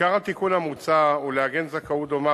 עיקר התיקון המוצע הוא לעגן זכאות דומה